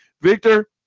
Victor